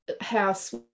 house